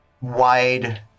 wide